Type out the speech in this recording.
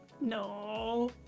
No